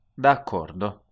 d'accordo